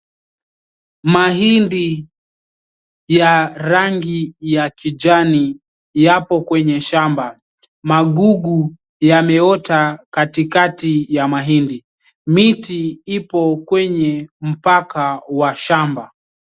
Mahindi ya rangi ya kijani, yapo kwenye shamba, magugu yameota katikati ya mahindi. Miti ipo kwenye mpaka wa shamba.